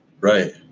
Right